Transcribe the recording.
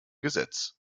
gesetz